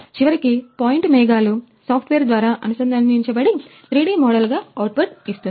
చివరికి పాయింట్ మేఘాలు సాఫ్ట్వేర్ ద్వారా అనుసంధానించబడి 3D మోడల్గా అవుట్పుట్ ఇస్తుంది